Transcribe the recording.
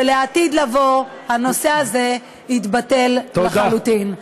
ביושבי בוועדת התכנון בירושלים,